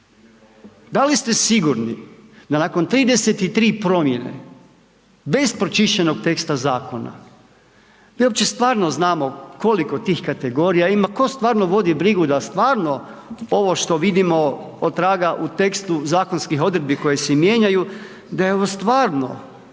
da li ste sigurni da nakon 33 promjene bez pročišćenog teksta zakona mi uopće stvarno znamo koliko tih kategorija ima, tko stvarno vodi brigu da stvarno ovo što vidimo otraga u tekstu zakonskih odredbi koje se i mijenjaju da je ovo stvarno